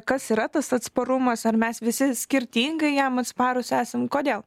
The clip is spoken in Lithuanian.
kas yra tas atsparumas ar mes visi skirtingai jam atsparūs esam kodėl